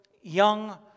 young